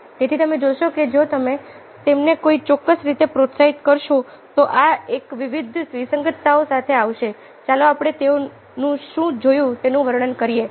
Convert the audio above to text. તેથી તમે જોશો કે જો તમે તેમને કોઈ ચોક્કસ રીતે પ્રોત્સાહિત કરશો તો તેઓ વિવિધ વિસંગતતાઓ સાથે આવશે ચાલો આપણે તેઓને શું જોયું તેનું વર્ણન કરીએ